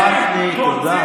חבר הכנסת גפני, תודה.